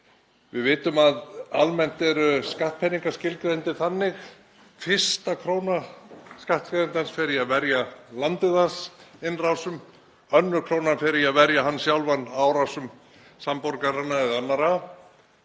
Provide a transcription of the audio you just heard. Við vitum að almennt eru skattpeningar skilgreindir þannig að fyrsta króna skattgreiðandans fari í að verja landið hans innrásum en önnur krónan fari í að verja hann sjálfan árásum samborgaranna eða annarra.